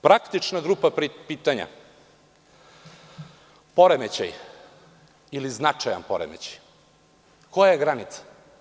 Praktična grupa pitanja, poremećaj, ili značajan poremećaj, koja je granica?